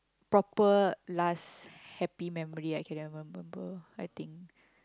proper last happy memory I can remember I think